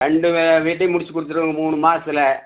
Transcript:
ரெண்டு வீட்டையும் முடிச்சு கொடுத்துடுவோங்கோ மூணு மாசத்தில்